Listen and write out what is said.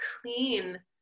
clean